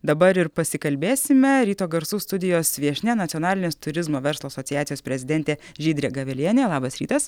dabar ir pasikalbėsime ryto garsų studijos viešnia nacionalinės turizmo verslo asociacijos prezidentė žydrė gavelienė labas rytas